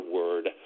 word